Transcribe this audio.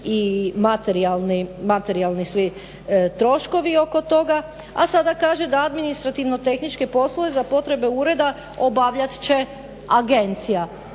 i materijalni svi troškovi oko toga. A sada kaže da administrativno-tehničke poslove za potrebe ureda obavljat će agencija.